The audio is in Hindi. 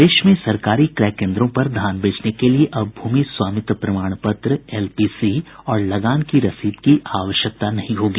प्रदेश में सरकारी क्रय केन्द्रों पर धान बेचने के लिए अब भूमि स्वामित्व प्रमाण पत्र एलपीसी और लगान की रसीद की आवश्यकता नहीं होगी